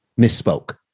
misspoke